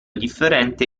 differente